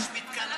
יש מתקן,